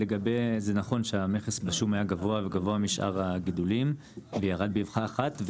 זה נכון שהמכס בשום היה גבוה וגבוה משאר הגידולים וירד באבחה אחת.